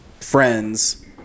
friends